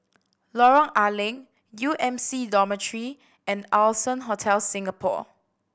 Lorong A Leng U M C Dormitory and Allson Hotel Singapore